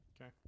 Okay